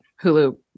Hulu